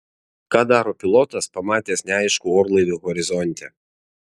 ką daro pilotas pamatęs neaiškų orlaivį horizonte